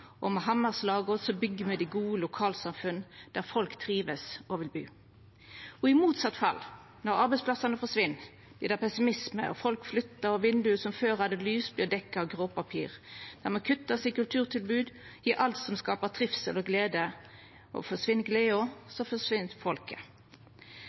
Og med hammarslaga byggjer me dei gode lokalsamfunna, der folk trivst og vil bu. I motsett fall, når arbeidsplassane forsvinn, vert det pessimisme. Folk flyttar, og vindauga som før hadde lys, vert dekte med gråpapir. Det må kuttast i kulturtilbod, i alt som skaper trivsel og glede. Og forsvinn gleda,